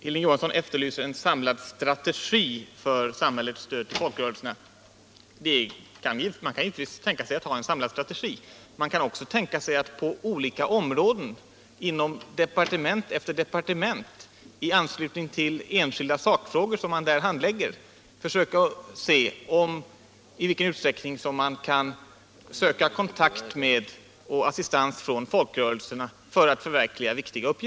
Hilding Johansson efterlyser en samlad strategi för samhällets stöd till folkrörelserna. Man kan givetvis tänka sig en samlad strategi. Man kan också tänka sig att i de olika departementen, i anslutning till enskilda sakfrågor som handläggs där, försöka se i vilken utsträckning man kan söka kontakt med och assistans från folkrörelserna för att förverkliga viktiga mål.